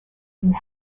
and